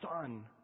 Son